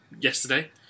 yesterday